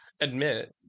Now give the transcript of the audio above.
admit